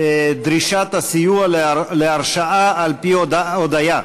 (דרישת הסיוע להרשעה על-פי הודיה),